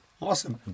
Awesome